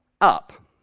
up